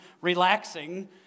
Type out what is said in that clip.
relaxing